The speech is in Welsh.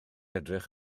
edrych